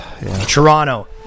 Toronto